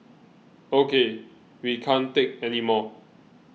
ok we can't take anymore